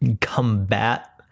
combat